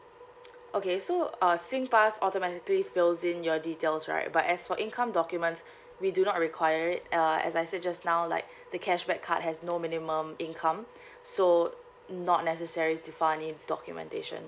okay so uh singpass automatically fills in your details right but as for income documents we do not require it uh as I said just now like the cashback card has no minimum income so not necessary to file any documentation